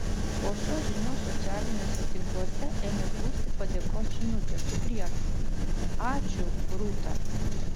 po šios žinios socialiniuose tinkluose ėmė plūsti padėkos žinutės su prierašu ačiū rūta